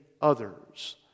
others